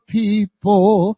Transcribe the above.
people